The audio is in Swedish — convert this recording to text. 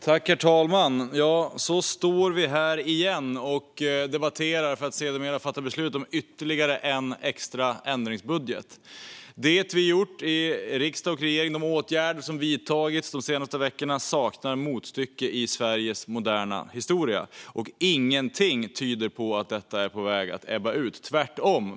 Herr talman! Så står vi här igen och debatterar för att sedermera fatta beslut om ytterligare en extra ändringsbudget. De åtgärder som riksdag och regering vidtagit de senaste veckorna saknar motstycke i Sveriges moderna historia. Ingenting tyder på att detta är på väg att ebba ut, tvärtom.